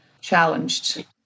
challenged